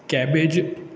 cabbage